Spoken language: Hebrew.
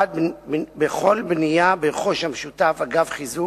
1. בכל בנייה ברכוש המשותף, אגב חיזוק,